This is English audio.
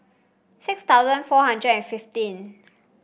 six thousand four hundred fifteen